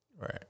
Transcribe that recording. Right